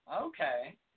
okay